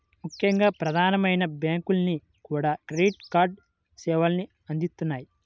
ముఖ్యంగా ప్రధానమైన బ్యాంకులన్నీ కూడా క్రెడిట్ కార్డు సేవల్ని అందిత్తన్నాయి